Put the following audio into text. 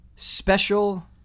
Special